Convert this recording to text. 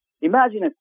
imagine